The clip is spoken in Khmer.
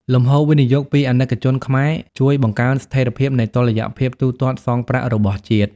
លំហូរវិនិយោគពី អាណិកជនខ្មែរ ជួយបង្កើនស្ថិរភាពនៃតុល្យភាពទូទាត់សងប្រាក់របស់ជាតិ។